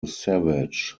savage